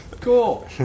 Cool